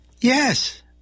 Yes